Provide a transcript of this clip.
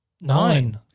Nine